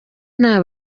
nta